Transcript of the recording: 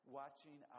watching